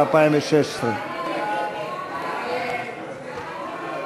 2016. ההסתייגויות לסעיף 06,